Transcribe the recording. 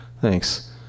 Thanks